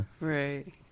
right